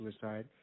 suicide